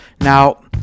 Now